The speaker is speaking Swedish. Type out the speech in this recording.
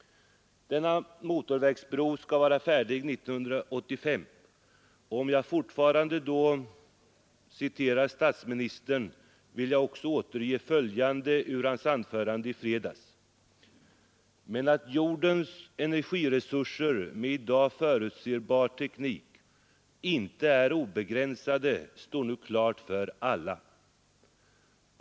Denna motorvägsbro skall vara färdig 1985. Jag tillåter mig att åter citera statsministern och vill då läsa upp följande ur hans interpellationssvar i fredags: ”Men att jordens energiresurser med i dag förutsebar teknik inte är obegränsade står nu klart för alla.